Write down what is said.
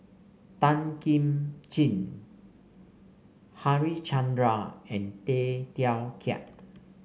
Tan Kim Ching Harichandra and Tay Teow Kiat